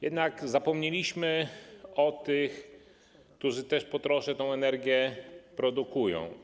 Jednak zapomnieliśmy o tych, którzy też po trosze tę energię produkują.